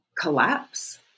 collapse